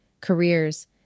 careers